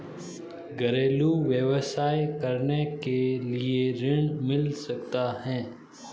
घरेलू व्यवसाय करने के लिए ऋण मिल सकता है?